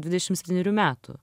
dvidešim septynerių metų